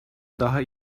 daha